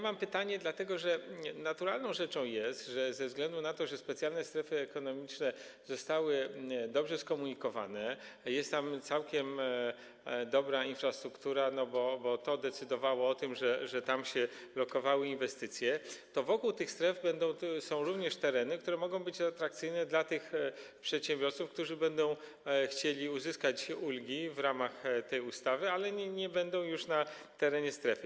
Mam pytania, dlatego że naturalną rzeczą jest - ze względu na to, że specjalne strefy ekonomiczne zostały dobrze skomunikowane, jest tam całkiem dobra infrastruktura, bo to decydowało o tym, że tam lokowały się inwestycje - że wokół tych stref są również tereny, które mogą być atrakcyjne dla przedsiębiorców, którzy będą chcieli uzyskać ulgi w ramach tej ustawy, ale nie będą już na terenie strefy.